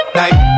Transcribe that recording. night